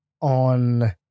on